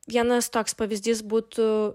vienas toks pavyzdys būtų